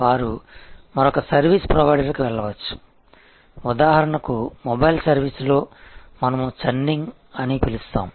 వారు మరొక సర్వీస్ ప్రొవైడర్కు వెళ్లవచ్చు ఉదాహరణకు మొబైల్ సర్వీస్లో మనము చర్నింగ్ అని పిలుస్తాము